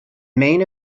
main